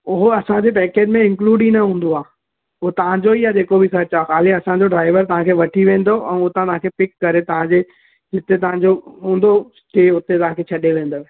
हू असांजे पेकेज में इंकलुड ई न हूंदो आहे हू तव्हां जो ई आहे जेको बि ख़र्चु खाली असांजो ड्राइवर तव्हां खे वठी वेंदो ऐं तव्हां खे पिक करे तव्हां जे जिते तव्हां जो हूंदो स्टे हुते तव्हां खे छॾे वेंदव